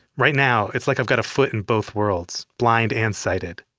right now it's like i've got a foot in both worlds, blind and sighted.